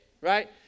Right